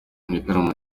igitaramo